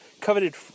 coveted